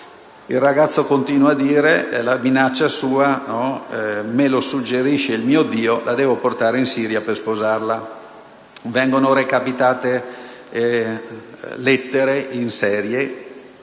Il ragazzo continua a dire (è la sua minaccia): Me lo suggerisce il mio Dio, la devo portare in Siria per sposarla». Vengono recapitate a mano lettere in serie